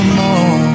more